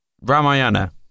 Ramayana